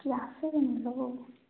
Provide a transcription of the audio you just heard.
କିଏ ଆସିବେନି ଲୋ